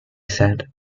sad